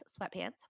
sweatpants